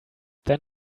then